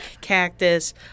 cactus